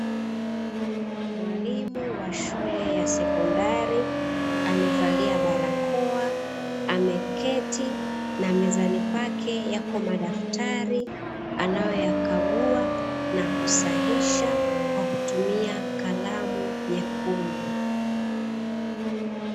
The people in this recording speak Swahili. Mwalimu wa shule ya sekondari amevalia barakoa, ameketi na mezani kwake yapo madaftari anayoyakagua na kusahisha kwa kutumia kalamu nyekundu.